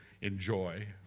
enjoy